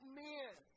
men